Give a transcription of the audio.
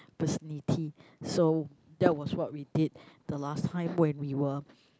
vicinity so that was what we did the last time when we were